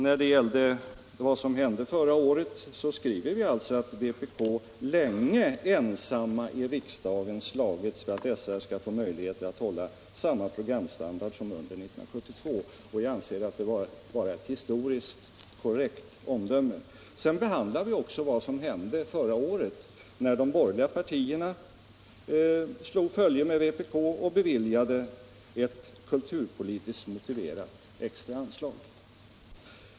När det gäller vad som hände förra året skriver vi alltså att vpk ”länge ensamt i riksdagen slagits för att SR skall få möjligheter att hålla samma programstandard som under 1972”. Vi anser att det var ett historiskt korrekt omdöme. Sedan behandlar vi vad som hände förra året, när de borgerliga partierna ”slog följe med vpk och beviljade ett kulturpolitiskt motiverat extra anslag”.